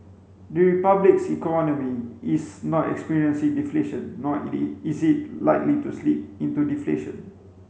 the Republic's economy is not experiencing deflation nor is it likely to slip into deflation